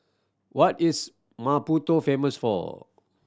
what is Maputo famous for